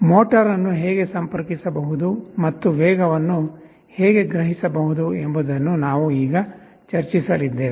motor ಅನ್ನು ಹೇಗೆ ಸಂಪರ್ಕಿಸಬಹುದು ಮತ್ತು ವೇಗವನ್ನು ಹೇಗೆ ಗ್ರಹಿಸಬಹುದು ಎಂಬುದನ್ನು ನಾವು ಈಗ ಚರ್ಚಿಸಲಿದ್ದೇವೆ